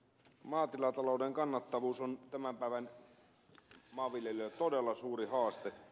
maatilatalouden kannattavuus on tämän päivän maanviljelijöillä todella suuri haaste